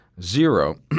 zero